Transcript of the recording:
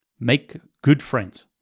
make good friends.